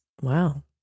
Wow